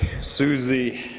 Susie